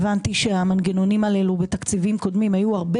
הבנתי שהמנגנונים הללו בתקציבים קודמים היו הרבה